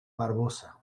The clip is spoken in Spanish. barbosa